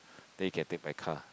then you can take my car